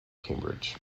cambridge